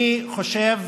אני חושב